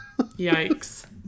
Yikes